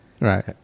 Right